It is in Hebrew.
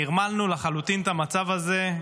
נרמלנו לחלוטין את המצב הזה,